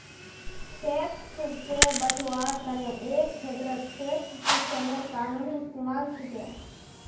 tax से बचवार तने एक छेत्रत टैक्स सिस्टमेर कानूनी इस्तेमाल छिके